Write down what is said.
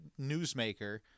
newsmaker